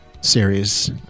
series